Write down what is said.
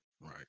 right